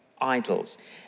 idols